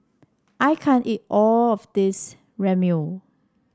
I can't eat all of this Ramyeon